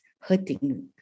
hurting